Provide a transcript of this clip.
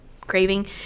craving